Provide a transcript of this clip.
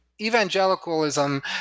evangelicalism